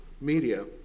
media